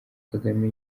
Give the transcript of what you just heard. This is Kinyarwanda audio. kagame